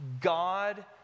God